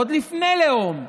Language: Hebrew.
עוד לפני לאום,